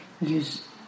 use